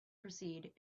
proceed